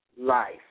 life